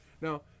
Now